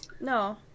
No